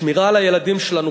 שמירה על הילדים שלנו,